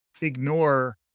ignore